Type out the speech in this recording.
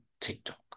TikTok